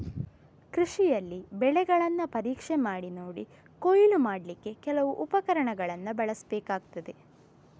ಕೃಷಿನಲ್ಲಿ ಬೆಳೆಗಳನ್ನ ಪರೀಕ್ಷೆ ಮಾಡಿ ನೋಡಿ ಕೊಯ್ಲು ಮಾಡ್ಲಿಕ್ಕೆ ಕೆಲವು ಉಪಕರಣಗಳನ್ನ ಬಳಸ್ಬೇಕಾಗ್ತದೆ